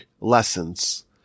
lessons